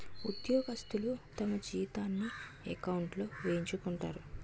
ఉద్యోగస్తులు తమ జీతాన్ని ఎకౌంట్లో వేయించుకుంటారు